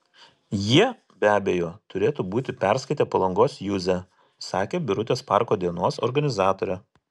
jie be abejo turėtų būti perskaitę palangos juzę sakė birutės parko dienos organizatorė